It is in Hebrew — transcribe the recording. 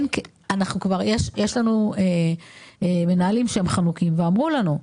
יש לנו מנהלים שהם חנוקים ואמרו לנו,